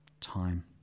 time